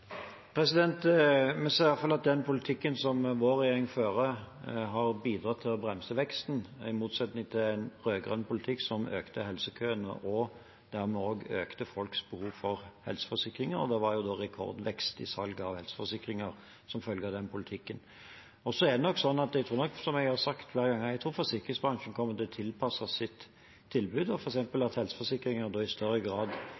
Vi ser i hvert fall at den politikken som vår regjering fører, har bidratt til å bremse veksten i motsetning til en rød-grønn politikk som økte helsekøene og dermed også økte folks behov for helseforsikringer. Det var også rekordvekst i salg av helseforsikringer som følge av den politikken. Så tror jeg, som jeg har sagt flere ganger, at forsikringsbransjen kommer til å tilpasse sitt tilbud, f.eks. at helseforsikringer i større grad